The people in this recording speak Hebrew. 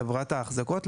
מחברת האחזקות,